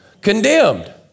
condemned